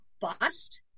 bust